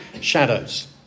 shadows